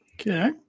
Okay